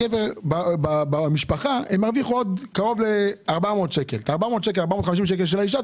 שהגבר יקבל 3,083 על 25,000 שקל,